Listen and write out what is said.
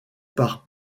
par